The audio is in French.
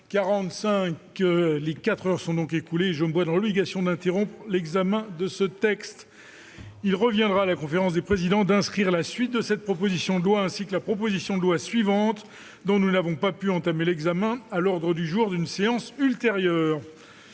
quatre heures étant écoulées, je me vois dans l'obligation d'interrompre l'examen de ce texte. Il reviendra à la conférence des présidents d'inscrire la suite de cette proposition de loi, ainsi que la proposition de loi suivante, dont nous n'avons pas pu entamer l'examen, à l'ordre du jour d'une séance ultérieure.